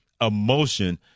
emotion